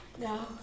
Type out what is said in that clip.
No